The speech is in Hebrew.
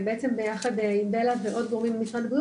ביחד עם בלה ועם עוד גורמים ממשרד הבריאות